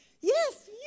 Yes